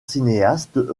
cinéastes